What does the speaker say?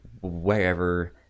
wherever